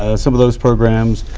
ah some of those programs,